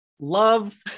love